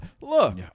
Look